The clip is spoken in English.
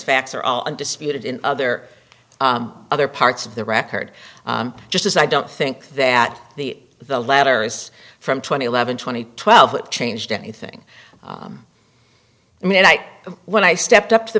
facts are all undisputed in other other parts of the record just as i don't think that the the latter is from twenty eleven twenty twelve it changed anything i mean like when i stepped up to the